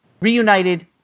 Reunited